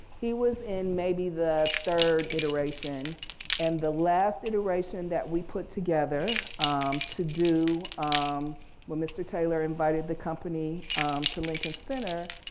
he was in maybe the third iteration and the last iteration that we put together to do um when mr. taylor invited the company to lincoln center,